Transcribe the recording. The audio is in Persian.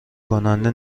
کننده